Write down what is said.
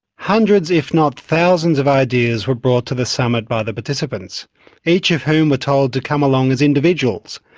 hundreds, if not thousands of ideas were brought to the summit by the participants each of whom were told to come along as individuals,